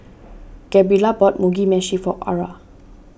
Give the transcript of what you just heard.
Gabrielle bought Mugi Meshi for Aura